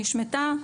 שלנו,